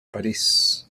paris